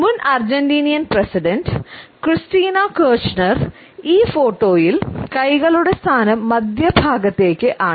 മുൻ Argentinian president Cristina കിർച്നറുടെ ഈ ഫോട്ടോയിൽ കൈകളുടെ സ്ഥാനം മധ്യഭാഗത്തേക്ക് ആണ്